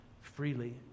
freely